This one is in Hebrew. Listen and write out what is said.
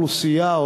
האוכלוסייה,